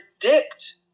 predict